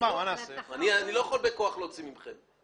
אני לא יכול בכוח להוציא מכם.